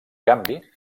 canvi